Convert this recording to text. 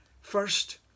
first